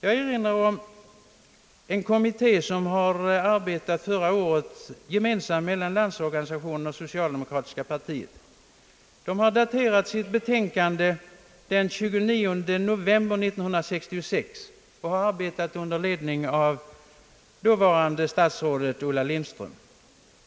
Jag erinrar om en kommitté som arbetat gemensamt inom Landsorganisationen och socialdemokratiska partiet. Den har daterat sitt betänkande den 29 november 1966 och har arbetat under ledning av dåvarande statsrådet Ulla Lindström.